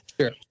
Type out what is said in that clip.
Sure